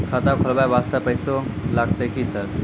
खाता खोलबाय वास्ते पैसो लगते की सर?